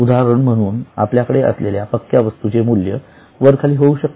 उदाहरण म्हणून आपल्याकडे असलेल्या पक्क्या वस्तूंचे मूल्य वरखाली होऊ शकते